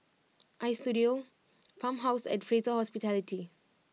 Istudio Farmhouse and Fraser Hospitality